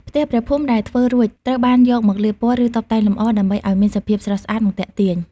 ផ្ទះព្រះភូមិដែលធ្វើរួច ត្រូវបានយកមកលាបពណ៌ ឬតុបតែងលម្អដើម្បីឲ្យមានសភាពស្រស់ស្អាត និងទាក់ទាញ។